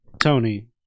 Tony